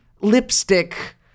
lipstick